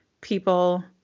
people